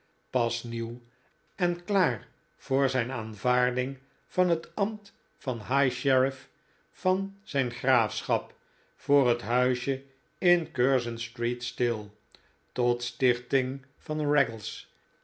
pas nieuw en klaar voor zijn aanvaarding van hetambt van high sheriff van zijn graafschap voor het huisje in curzon street stil tot sticking van